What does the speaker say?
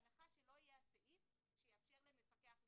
זה בהנחה שלא יהיה הסעיף שיאפשר למפקח לצפות.